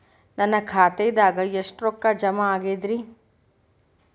ನನ್ನ ಖಾತೆದಾಗ ಎಷ್ಟ ರೊಕ್ಕಾ ಜಮಾ ಆಗೇದ್ರಿ?